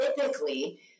typically